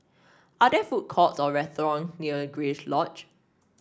are there food courts or restaurant near Grace Lodge